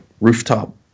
rooftop